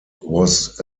was